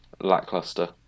lackluster